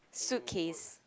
suitcase